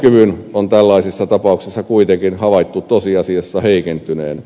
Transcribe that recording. ajokyvyn on tällaisissa tapauksissa kuitenkin havaittu tosiasiassa heikentyneen